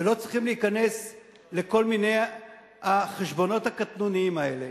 ולא צריכים להיכנס לכל מיני החשבונות הקטנוניים האלה.